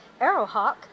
Arrowhawk